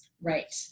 Right